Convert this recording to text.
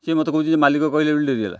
ସେ ମୋତେ କହୁଛି ଯେ ମାଲିକ କହିଲେ ବୋଲି ଡେରି ହେଲା